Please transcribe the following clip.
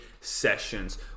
sessions